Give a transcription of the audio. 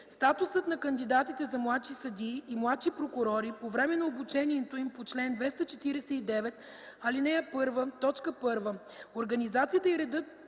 „Статусът на кандидатите за младши съдии и младши прокурори по време на обучението им по чл. 249, ал. 1, т. 1, организацията и редът